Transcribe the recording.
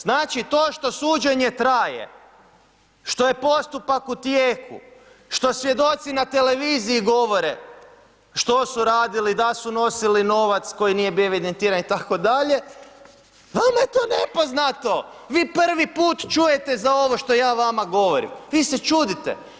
Znači, to što suđenje traje, što je postupak u tijeku, što svjedoci na televiziji govore što su radili da su nosili novac koji nije bio evidentiran itd., vama je to nepoznato, vi prvi put čujete za ovo što ja vama govorim, vi se čudite.